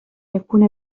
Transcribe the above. يكون